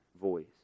voice